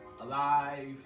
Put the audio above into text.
alive